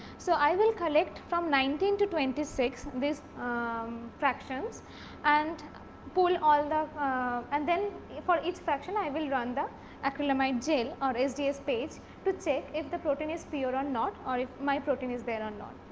so, i will collect from nineteen to twenty six this fractions and pull all the and then, for each fraction i will run the acrylamide gel or sds page to check if the protein is pure or not or if my protein is there or not.